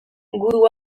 gudu